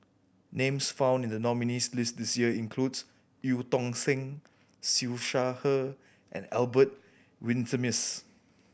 names found in the nominees' list this year includes Eu Tong Sen Siew Shaw Her and Albert Winsemius